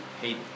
hate